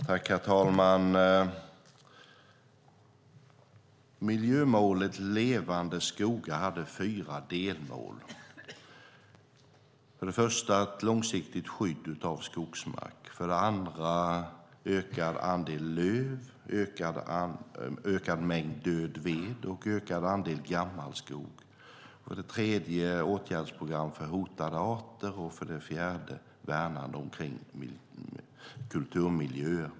Herr talman! Miljömålet Levande skogar hade fyra delmål. Det var för det första ett långsiktigt skydd av skogsmark, för det andra ökad andel löv, ökad mängd död ved och ökad andel gammal skog, för det tredje åtgärdsprogram för hotade arter och för det fjärde värnande av kulturmiljöer.